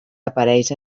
aparells